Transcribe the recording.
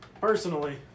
Personally